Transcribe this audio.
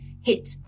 hit